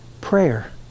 prayer